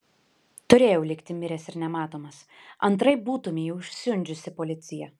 turėjau likti miręs ir nematomas antraip būtumei užsiundžiusi policiją